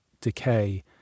decay